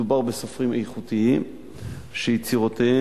מדובר בסופרים איכותיים שיצירותיהם